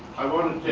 i wanted